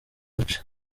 duce